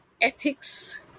ethics